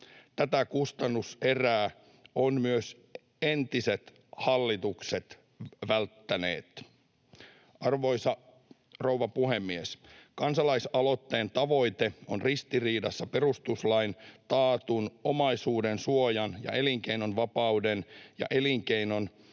Tätä kustannuserää ovat myös entiset hallitukset välttäneet. Arvoisa rouva puhemies! Kansalaisaloitteen tavoite on ristiriidassa perustuslaissa taatun omaisuudensuojan ja elinkeinonvapauden kanssa, ja elinkeinon